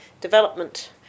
development